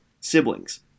siblings